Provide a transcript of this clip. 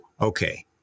okay